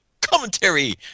commentary